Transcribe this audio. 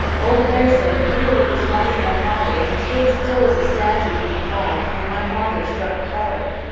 old clare said, peter looked as white as my father and stood as still as a statue to be flogged and my father struck hard!